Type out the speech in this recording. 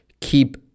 keep